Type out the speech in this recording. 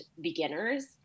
beginners